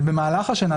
אבל במהלך השנה,